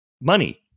money